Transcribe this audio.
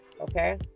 okay